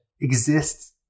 exists